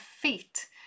feet